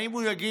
האם הוא יגיד